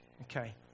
Okay